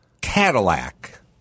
Cadillac